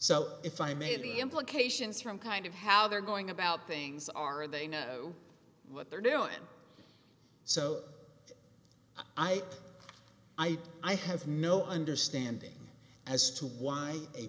so if i may be implications from kind of how they're going about things are they know what they're doing and so i i i have no understanding as to why a